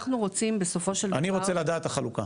אנחנו רוצים בסופו של דבר --- אני רוצה לדעת את החלוקה